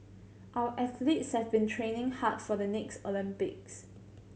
our athletes have been training hard for the next Olympics